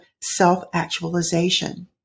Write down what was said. self-actualization